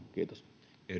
kiitos